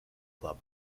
club